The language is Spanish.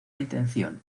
intención